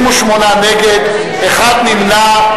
38 נגד, אחד נמנע.